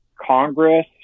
congress